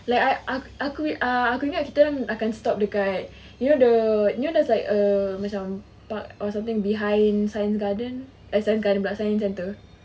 like aku aku ah aku ingat kita orang akan stop dekat you know the you know there's like a macam park or something behind science garden eh science garden pula science centre